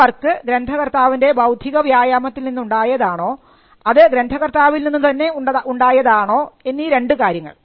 ഈ വർക്ക് ഗ്രന്ഥകർത്താവിൻറെ ബൌദ്ധിക വ്യായാമത്തിൽ നിന്നുണ്ടായതാണോ അത് ഗ്രന്ഥകർത്താവിൽ നിന്നുതന്നെ ഉണ്ടായതാണോ എന്നീ രണ്ടു കാര്യങ്ങൾ